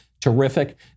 terrific